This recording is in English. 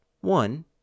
One